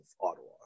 Ottawa